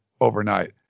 overnight